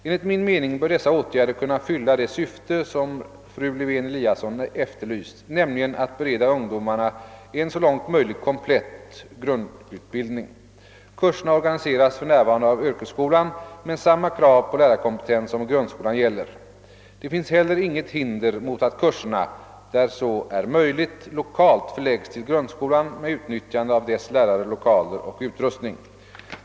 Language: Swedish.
Enligt min mening bör dessa åtgärder kunna fylla det syfte som fru Lewén-Eliasson efterlyst, nämligen att bereda ungdomarna en så långt möjligt komplett grundutbildning. Kurserna organiseras för närvarande av yrkesskolan men samma krav på lärarkompetens som i grundskolan gäller. Det finns heller inget hinder mot att kurserna, där så är möjligt, lokalt förläggs till grundskolan med utnyttjande av dess lärare, lokaler och utrustning.